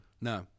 No